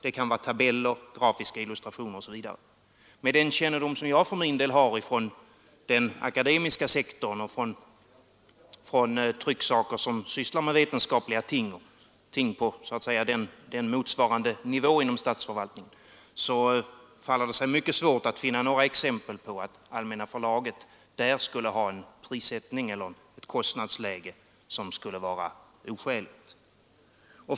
Det kan vara tabeller, grafiska illustrationer osv. Med den kännedom jag för min del har från den akademiska sektorn och från trycksaker som sysslar med vetenskapliga ting på så att säga den motsvarande nivån inom statsförvaltningen faller det sig mycket svårt att finna några exempel på att Allmänna förlaget skulle ha en oskälig prissättning eller ett oskäligt kostnadsläge.